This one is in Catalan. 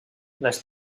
les